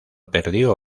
perdió